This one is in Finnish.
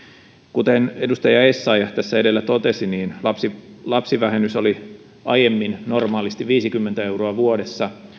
kuten edustaja essayah tässä edellä totesi lapsivähennys oli aiemmin normaalisti viisikymmentä euroa vuodessa